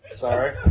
Sorry